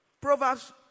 Proverbs